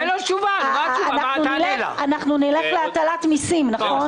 אנחנו נלך להטלת מיסים, נכון?